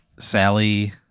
Sally